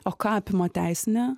o ką apima teisinę